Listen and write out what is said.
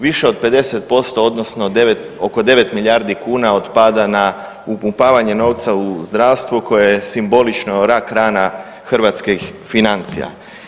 Više od 50% odnosno 9 oko 9 milijardi kuna otpada na upumpavanje novca u zdravstvo koje je simbolično rak rana hrvatskih financija.